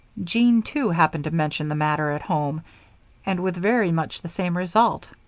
jean, too, happened to mention the matter at home and with very much the same result.